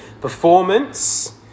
Performance